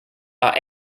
are